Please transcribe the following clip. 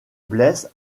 blesse